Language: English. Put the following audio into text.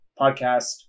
podcast